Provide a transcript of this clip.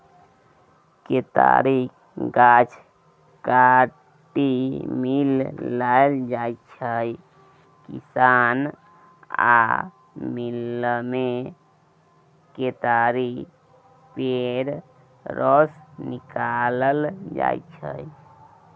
केतारीक गाछ काटि मिल लए जाइ छै किसान आ मिलमे केतारी पेर रस निकालल जाइ छै